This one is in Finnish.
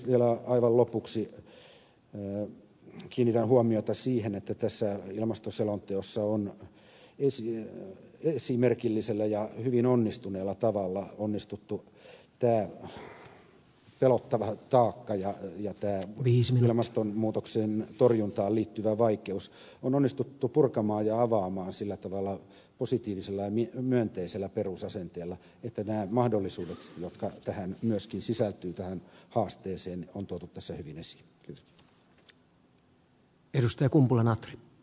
vielä aivan lopuksi kiinnitän huomiota siihen että tässä ilmastoselonteossa on esimerkillisellä ja hyvin onnistuneella tavalla onnistuttu tämä pelottava taakka ja tämä ilmastonmuutoksen torjuntaan liittyvä vaikeus purkamaan ja avaamaan sillä tavalla positiivisella ja myönteisellä perusasenteella että nämä mahdollisuudet jotka myöskin sisältyvät tähän haasteeseen on tuotu tässä hyvin esiin